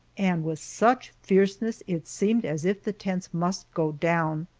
and with such fierceness it seemed as if the tents must go down.